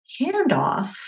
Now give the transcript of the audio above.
handoff